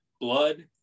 blood